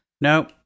No